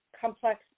complex